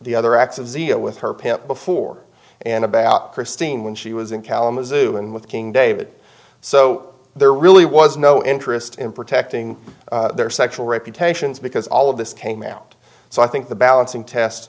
the other acts of zia with her pimp before and about christine when she was in kalamazoo and with king david so there really was no interest in protecting their sexual reputations because all of this came out so i think the balancing test